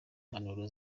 impanuro